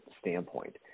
standpoint